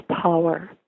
power